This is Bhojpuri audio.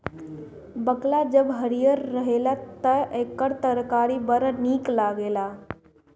बकला जब हरिहर रहेला तअ एकर तरकारी बड़ा निक लागेला